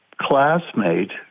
classmate